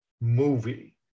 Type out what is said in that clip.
movie